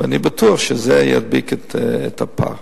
ואני בטוח שזה ידביק את הפער.